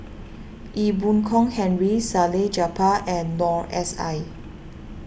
Ee Boon Kong Henry Salleh Japar and Noor S I